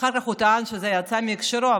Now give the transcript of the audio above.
ואחר כך הוא טען שזה יצא מהקשרו.